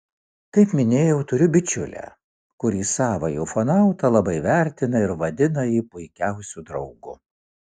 kaip minėjau turiu bičiulę kuri savąjį ufonautą labai vertina ir vadina jį puikiausiu draugu